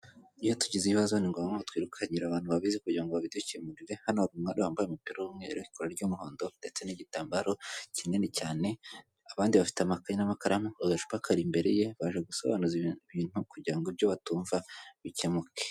Iyo tugize ibibazo ni ngombwatwirukangira abantu babizi kugira ngo ba bidukemurire hano mwa wambaye umupira w'umwerukora ry'umuhondo ndetse n'igitambaro kinini cyane abandi bafite amakaye n'amakaramu bagacupakari imbere ye baje gusobanuza ibi bintu kugira ngo ibyo batumva bikemuke.